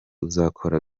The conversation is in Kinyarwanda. uzakora